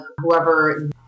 whoever